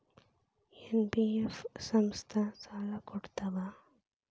NBF ಸಂಸ್ಥಾ ಸಾಲಾ ಕೊಡ್ತಾವಾ?